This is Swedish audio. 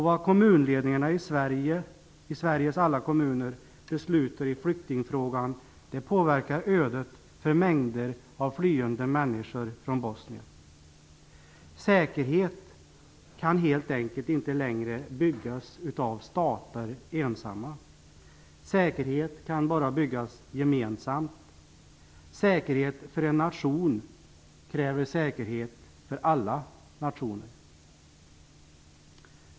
Vad kommunledningarna i Sveriges alla kommuner beslutar i flyktingfrågan, påverkar ödet för mängder av flyende människor från Bosnien. Säkerhet kan helt enkelt inte längre byggas av stater ensamma. Säkerhet kan bara byggas gemensamt. Säkerhet för en nation kräver säkerhet för alla nationer.